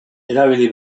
erabili